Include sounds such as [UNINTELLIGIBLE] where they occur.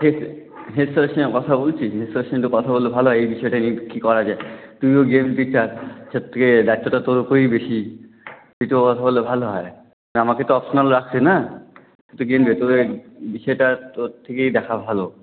head head স্যারের সঙ্গে কথা বলছি হেড স্যারের সঙ্গে কথা বললে ভালো হয় এই বিষয়টা নিয়ে কী করা যায় তুইও গিয়ে ঠিকঠাক সবথেকে দায়িত্বটা তোর উপরেই বেশি একটু কথা বললে ভালো হয় আমাকে তো অপশনাল রাখছে না তুই [UNINTELLIGIBLE] তোদের সেটার তোর থেকেই দেখা ভালো